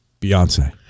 Beyonce